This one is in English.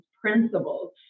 principles